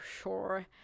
sure